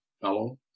fellow